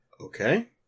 Okay